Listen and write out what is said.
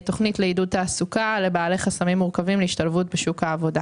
תוכנית לעידוד תעסוקה לבעלי חסמים מורכבים להשתלבות בשוק העבודה.